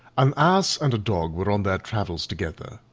an ass and a dog were on their travels together,